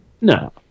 No